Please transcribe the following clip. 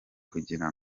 kugira